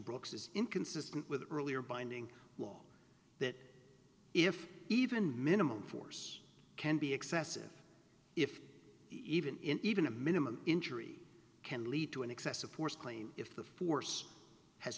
brooks is inconsistent with earlier binding law that if even minimal force can be excessive if even even a minimum injury can lead to an excessive force claim if the force has